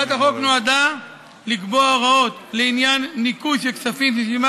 החוק הזה גם לא בא ואומר במפורש שגורם,